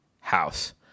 house